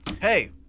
Hey